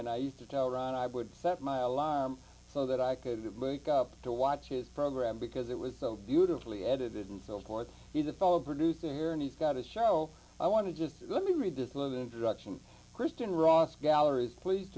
and i used to tell ron i would set my alarm so that i could make up to watch his program because it was so beautifully edited and so forth he the fall of producing here and he's got a show i want to just let me read this live introduction kristen ross gallery is pleased